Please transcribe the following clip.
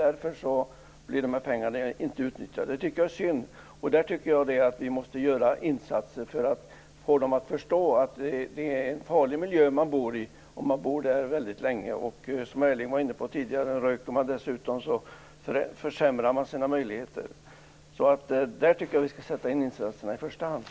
Jag tycker att det är synd att pengarna på det sättet inte utnyttjas. Vi måste göra insatser för att få fastighetsägarna att förstå att sådana här bostäder är en farlig miljö att bo i, om man bor där väldigt länge. Röker man dessutom, som Erling Bager tidigare var inne på, försämrar man sina möjligheter. Där tycker jag att vi i första hand skall göra insatser.